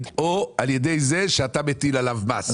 או על ידי זה שאתה מטיל עליו מס,